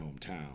hometown